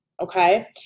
Okay